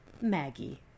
Maggie